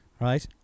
Right